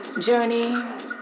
journey